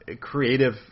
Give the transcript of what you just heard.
creative